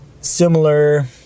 similar